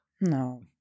No